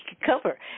cover